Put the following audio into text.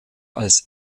als